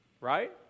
Right